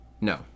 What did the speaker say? No